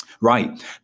Right